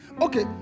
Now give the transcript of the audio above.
Okay